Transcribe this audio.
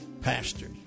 pastors